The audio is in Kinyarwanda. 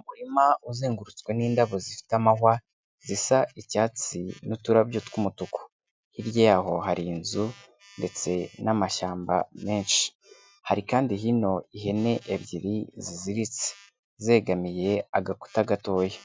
Umurima uzengurutswe n'indabo zifite amahwa, zisa icyatsi n'uturarabyo tw'umutuku. Hirya yaho hari inzu ndetse n'amashyamba menshi. Hari kandi hinino ihene ebyiri ziziritse zegamiye agakuta gatoya.